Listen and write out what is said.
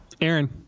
Aaron